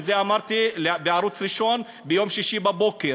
ואת זה אמרתי בערוץ הראשון ביום שישי בבוקר,